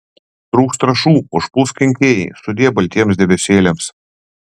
trūks trąšų užpuls kenkėjai sudie baltiems debesėliams